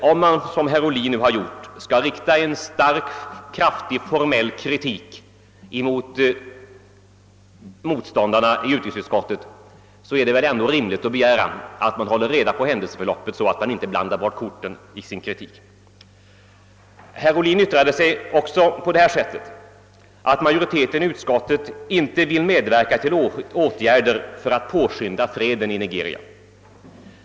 Om man, som herr Ohlin har gjort, riktar en kraftig formell kritik mot motståndarna i utrikesutskottet är det väl rimligt att begära att man håller reda på händelseförloppet. Herr Ohlin sade också att majoriteten i utskottet inte vill medverka till åtgärder för att påskynda freden i Nigeria.